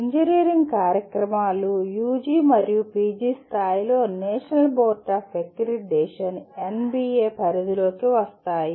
engineering కార్యక్రమాలు UG మరియు PG స్థాయిలో national board of accreditation NBA పరిధిలోకి వస్తాయి